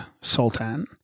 Sultan